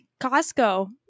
Costco